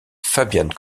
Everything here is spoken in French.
fabian